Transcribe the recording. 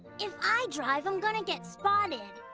if i drive, i'm gonna get spotted.